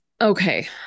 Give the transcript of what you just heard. okay